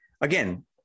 Again